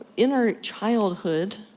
in our childhood,